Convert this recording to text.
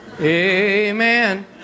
Amen